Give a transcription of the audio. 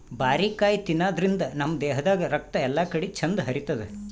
ಬಾರಿಕಾಯಿ ತಿನಾದ್ರಿನ್ದ ನಮ್ ದೇಹದಾಗ್ ರಕ್ತ ಎಲ್ಲಾಕಡಿ ಚಂದ್ ಹರಿತದ್